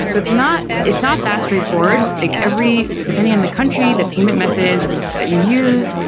so it's not it's not that straightforward, like every depending on the country, the payment method that you use,